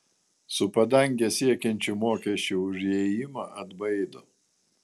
su padanges siekiančiu mokesčiu už įėjimą atbaido